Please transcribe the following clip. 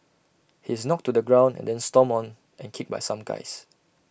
he is knocked to the ground and then stomped on and kicked by some guys